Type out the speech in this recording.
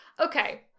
Okay